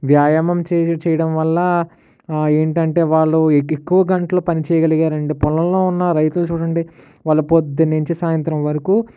వ్యాయామం చేయ చేయడం వల్ల ఏంటంటే వాళ్ళు ఎక్కువ గంటలు పని చేయగలిగారు అండి పొలంలో ఉన్న రైతులు చూడండి వాళ్ళ పొద్దున నుంచి సాయంత్రం వరకు